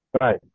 Right